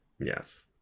Yes